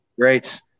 Great